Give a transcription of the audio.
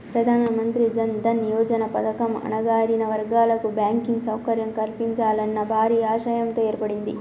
ప్రధానమంత్రి జన్ దన్ యోజన పథకం అణగారిన వర్గాల కు బ్యాంకింగ్ సౌకర్యం కల్పించాలన్న భారీ ఆశయంతో ఏర్పడింది